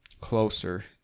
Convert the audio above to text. Closer